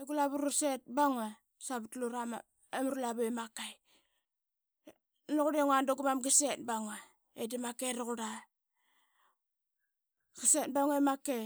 I galavu raset bangua savat ura lavu i makai nani qurrengua da gumam qaset bangua i makai